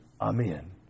Amen